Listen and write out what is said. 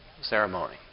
ceremony